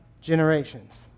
generations